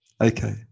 Okay